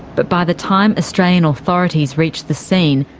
but by the time australian authorities reached the scene,